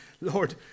Lord